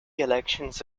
elections